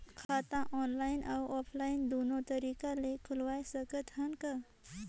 खाता ऑनलाइन अउ ऑफलाइन दुनो तरीका ले खोलवाय सकत हन का?